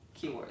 Keywords